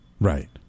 Right